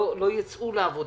לא ייצאו לעבודה.